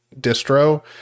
distro